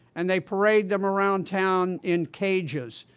and they parade them around town in cages.